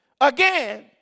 again